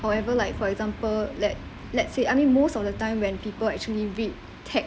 however like for example let let's say I mean most of the time when people actually read text~